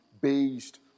Based